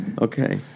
Okay